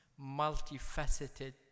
multifaceted